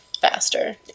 faster